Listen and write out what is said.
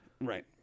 Right